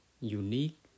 unique